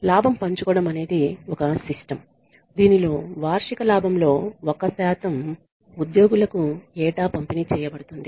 లాభం పంచుకోవడం అనేది ఒక సిస్టమ్ దీనిలో వార్షిక లాభంలో ఒక శాతం ఉద్యోగులకు ఏటా పంపిణీ చేయబడుతుంది